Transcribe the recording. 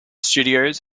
studios